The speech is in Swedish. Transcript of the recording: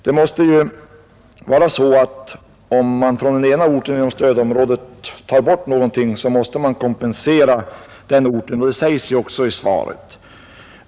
Om man tar bort någonting från en ort inom stödområdet måste man också kompensera den orten på något sätt. Det sägs också i svaret.